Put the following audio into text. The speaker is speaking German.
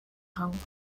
hang